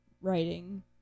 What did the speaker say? writing